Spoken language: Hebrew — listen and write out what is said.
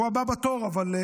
הוא הבא בתור, אבל,